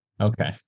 Okay